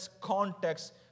context